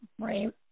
Right